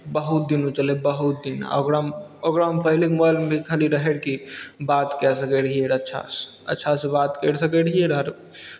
बहुत दिन ओ चलय बहुत दिन आ ओकरामे ओकरामे पहिलेके मोबाइलमे खाली रहय कि बात कए सकै रहियै अच्छासँ अच्छासँ बात करि सकै रहियै रहए